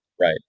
Right